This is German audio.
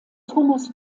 thomas